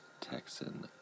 Texan